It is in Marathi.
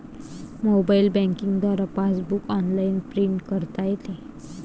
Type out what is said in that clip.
मोबाईल बँकिंग द्वारे पासबुक ऑनलाइन प्रिंट करता येते